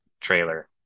trailer